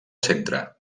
centre